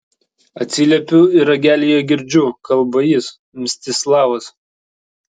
atsiliepiu ir ragelyje girdžiu kalba jis mstislavas